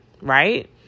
right